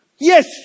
Yes